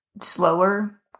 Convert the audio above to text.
slower –